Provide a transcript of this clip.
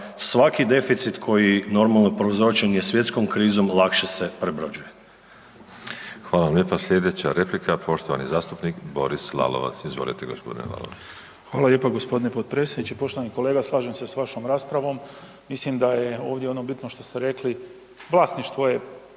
svaki deficit koji normalno prouzročen je svjetskom krizom lakše se prebrođuje. **Škoro, Miroslav (DP)** Hvala vam lijepa. Slijedeća replika poštovani zastupnik Boris Lalovac, izvolite gospodine Lalovac. **Lalovac, Boris (SDP)** Hvala lijepa gospodine potpredsjedniče. Poštovani kolega slažem se s vašom raspravom, mislim da je ovdje ono bitno što ste rekli, vlasništvo je